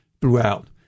throughout